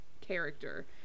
character